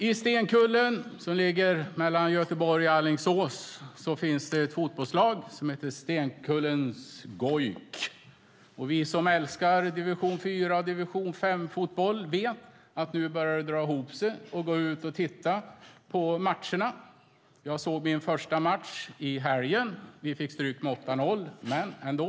I Stenkullen, som ligger mellan Göteborg och Alingsås, finns det ett fotbollslag som heter Stenkullen GOIK. Vi som älskar division 4 och division 5-fotboll vet att det nu börjar dra ihop sig till att gå ut och titta på matcher. I helgen var första matchen i år som jag såg. Vi fick stryk med 8-0 - men ändå.